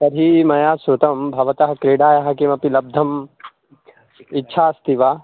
तर्हि मया श्रुतं भवतः क्रीडायाः किमपि लब्धम् इच्छा अस्ति वा